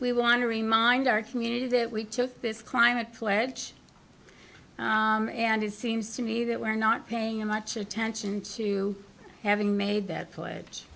we want to remind our community that we took this climate pledge and it seems to me that we're not paying much attention to having made that